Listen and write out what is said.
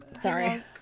Sorry